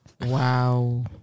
Wow